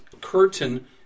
curtain